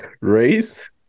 Race